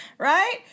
Right